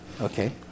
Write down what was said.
Okay